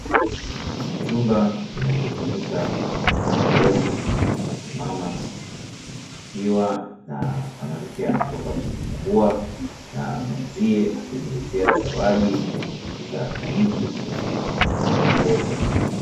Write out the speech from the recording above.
Chumba kinachotumika kama wodi ya kina mama, kikiwa na mwanamke ametoka kujifungua na mwenzie akimletea zawadi za kaniki kumpongeza.